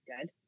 good